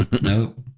Nope